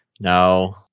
no